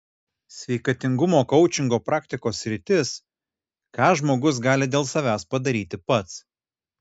sveikatingumo koučingo praktikos sritis ką žmogus gali dėl savęs padaryti pats